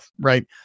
right